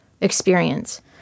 experience